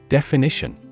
Definition